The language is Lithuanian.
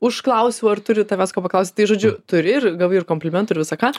užklausiau ar turiu tavęs ko paklausti žodžiu turi ir gavai ir komplimentų ir visa ką